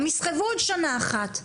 הם יסחבו עוד שנה אחת.